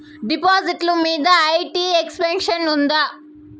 డిపాజిట్లు మీద IT exemption ఉందా?